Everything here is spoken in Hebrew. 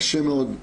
קשה מאוד,